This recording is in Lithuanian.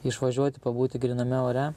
išvažiuoti pabūti gryname ore